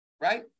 right